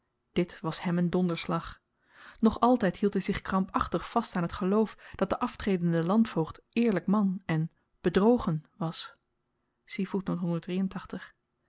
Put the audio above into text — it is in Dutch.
dit was hem een donderslag nog altyd hield hy zich krampachtig vast aan t geloof dat de aftredende landvoogd eerlyk man en bedrogen was